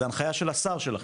זאת הנחיה של השר שלכם,